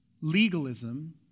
legalism